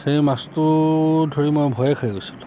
সেই মাছটো ধৰি মই ভয়ে খাই গৈছিলোঁ